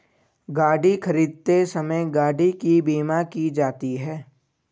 गाड़ी खरीदते समय गाड़ी की बीमा की जाती है